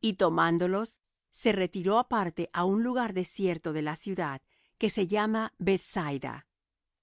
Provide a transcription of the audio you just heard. y tomándolos se retiró aparte á un lugar desierto de la ciudad que se llama bethsaida